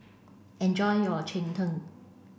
enjoy your Cheng Tng